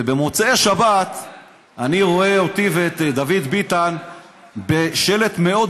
ובמוצאי שבת אני רואה אותי ואת דוד ביטן בשלט מאוד